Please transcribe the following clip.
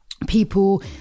people